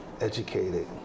educated